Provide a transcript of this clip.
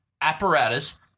apparatus